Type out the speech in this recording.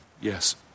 Yes